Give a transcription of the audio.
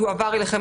הוא יועבר אליכם.